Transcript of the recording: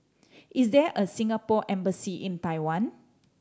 is there a Singapore Embassy in Taiwan